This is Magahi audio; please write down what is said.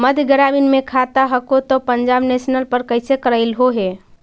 मध्य ग्रामीण मे खाता हको तौ पंजाब नेशनल पर कैसे करैलहो हे?